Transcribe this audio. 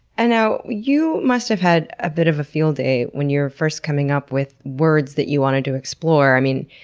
and now you must have had a bit of a field day when you were first coming up with words that you wanted to explore. i mean,